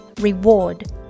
reward